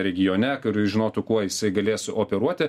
regione kuri žinotų kuo jisai galės operuoti